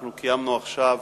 אנחנו קיימנו עכשיו